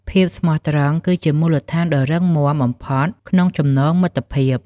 ភាពស្មោះត្រង់គឺជាមូលដ្ឋានដ៏រឹងមាំបំផុតក្នុងចំណងមិត្តភាព។